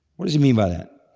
what does he mean by that?